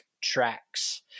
tracks